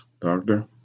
doctor